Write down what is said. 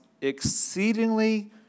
exceedingly